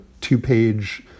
two-page